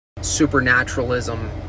supernaturalism